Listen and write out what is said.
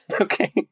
Okay